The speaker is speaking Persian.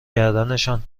کردنشان